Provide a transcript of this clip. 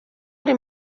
ari